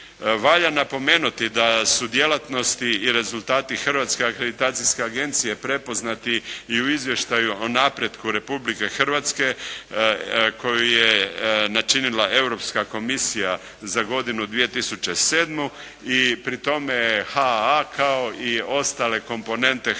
Valja napomenuti da su djelatnosti i rezultati Hrvatske akreditacijske agencije prepoznati i u izvještaju o napretku Republike Hrvatske koji je načinila europska komisija za godinu 2007. i pri tome je HAA kao i ostale komponente hrvatske